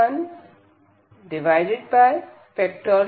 n 1